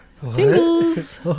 tingles